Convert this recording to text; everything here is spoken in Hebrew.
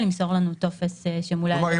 למסור לנו טופס שמולה על ידי רופא.